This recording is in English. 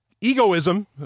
Egoism